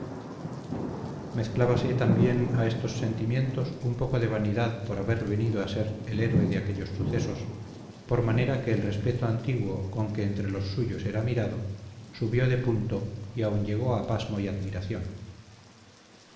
nacidas mezclábase también a estos sentimientos un poco de vanidad por haber venido a ser el héroe de aquellos sucesos por manera que el respeto antiguo con que entre los suyos era mirado subió de punto y aun llegó a pasmo y admiración